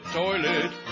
toilet